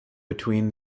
between